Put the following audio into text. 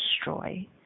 destroy